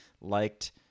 liked